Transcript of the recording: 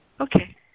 Okay